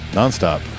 nonstop